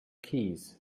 keys